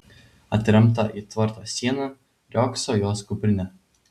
atremta į tvarto sieną riogso jos kuprinė